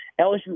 LSU